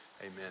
amen